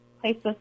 places